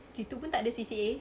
situ pun tak ada C_C_A